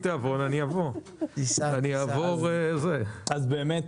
אז באמת,